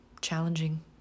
challenging